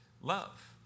love